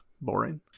boring